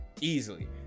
easily